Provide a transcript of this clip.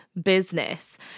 business